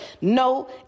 No